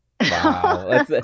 wow